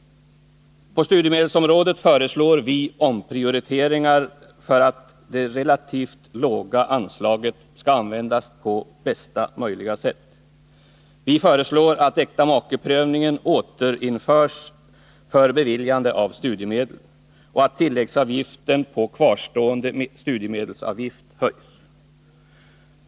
På studiemedelsområdet föreslår vi omprioriteringar för att det relativt låga anslaget skall användas på bästa möjliga sätt. Vi föreslår att äktamakeprövningen för beviljande av studiemedel återinförs och att tilläggsavgiften för kvarstående studiemedelsavgift höjs.